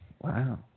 Wow